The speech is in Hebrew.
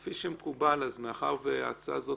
כפי שמקובל, מאחר שההצעה הזאת